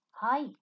Hi